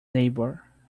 neighbour